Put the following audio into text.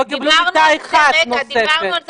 לא קיבלו מיטה אחת נוספת.